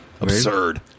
Absurd